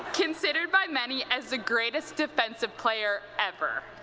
considered by many as the greatest defensive player ever.